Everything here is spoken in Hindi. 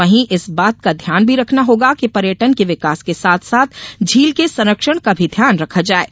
वहीं इस बात का ध्यान भी रखना होगा कि पर्यटन के विकास के साथ साथ झील के संरक्षण का भी ध्यान रखा जाये